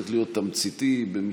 צריך להיות תמציתי, במשפט.